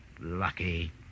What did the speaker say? lucky